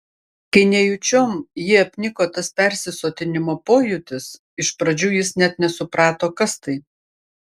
kai nejučiom jį apniko tas persisotinimo pojūtis iš pradžių jis net nesuprato kas tai